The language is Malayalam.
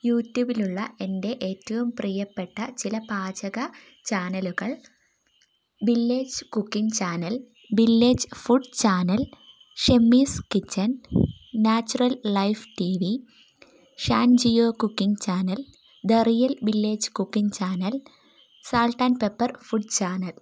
യൂട്യൂബിലുള്ള എൻ്റെ ഏറ്റവും പ്രിയപ്പെട്ട ചില പാചക ചാനലുകൾ village cooking channel village food channel Shamee's kitchen natural life T V Shaan Geo cooking channel the real village cooking channel salt and pepper food channel